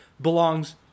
belongs